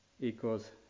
equals